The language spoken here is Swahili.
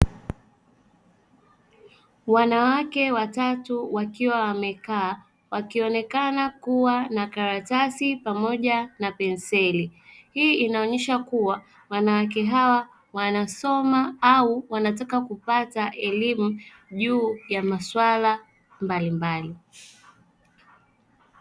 Wanawake watatu wakiwa wamekaa, wakionekana kuwa na karatasi pamoja na penseli. Hii inaonyesha kuwa wanawake hawa wanasoma au wanataka kupata elimu juu ya maswala mbalimbali.